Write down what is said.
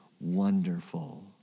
wonderful